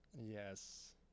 Yes